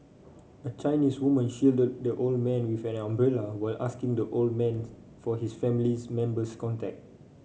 a Chinese woman shielded the old man with an umbrella while asking the old man for his family's member's contact